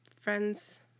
friends